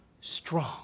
strong